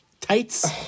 tights